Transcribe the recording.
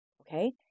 okay